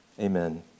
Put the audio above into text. amen